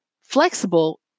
flexible